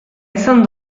izan